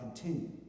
continue